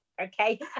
okay